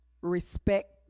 respect